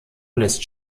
lässt